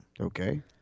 Okay